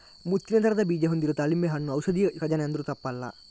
ಮುತ್ತಿನ ತರದ ಬೀಜ ಹೊಂದಿರುವ ದಾಳಿಂಬೆ ಹಣ್ಣು ಔಷಧಿಯ ಖಜಾನೆ ಅಂದ್ರೂ ತಪ್ಪಲ್ಲ